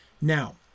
Now